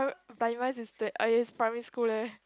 is the ah yes in primary school leh